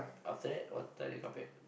after that what time they come back